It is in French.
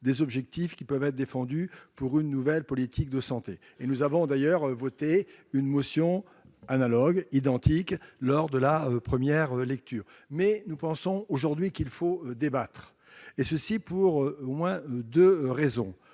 des objectifs qu'ils ont défendus pour une nouvelle politique de santé. Nous avions d'ailleurs voté une motion analogue en première lecture. Mais nous pensons, aujourd'hui, qu'il faut débattre, cela pour au moins deux raisons.